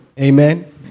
Amen